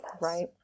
Right